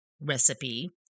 recipe